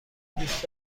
دوست